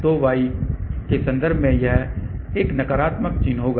तो y के संदर्भ में एक नकारात्मक चिह्न होगा